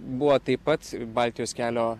buvo taip pat baltijos kelio